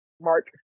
Mark